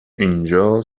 اینجا